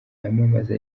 yamamaza